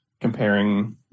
comparing